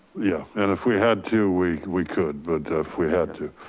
yeah. and if we had to we we could, but if we had to.